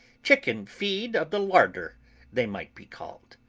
chicken-feed of the larder they might be called.